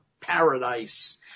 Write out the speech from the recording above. paradise